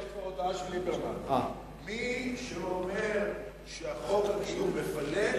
יש פה הודעה של ליברמן: מי שאומר שחוק הגיור מפלג,